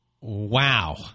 Wow